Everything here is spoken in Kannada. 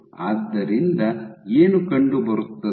ಆದ್ದರಿಂದ ಏನು ಕಂಡುಬರುತ್ತದೆ